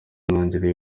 intangiriro